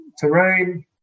terrain